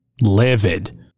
livid